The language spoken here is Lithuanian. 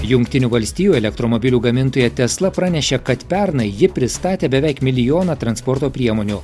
jungtinių valstijų elektromobilių gamintoja tesla pranešė kad pernai ji pristatė beveik milijoną transporto priemonių